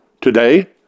Today